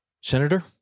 senator